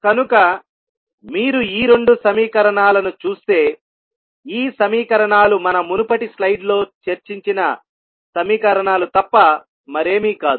కనుక మీరు ఈ రెండు సమీకరణాలను చూస్తే ఈ సమీకరణాలు మన మునుపటి స్లైడ్ లో చర్చించిన సమీకరణాలు తప్ప మరేమీ కాదు